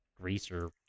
greaser